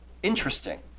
Interesting